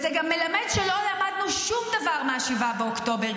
זה גם מלמד שלא למדנו שום דבר מ-7 באוקטובר.